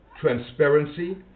transparency